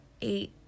eight